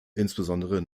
insbesondere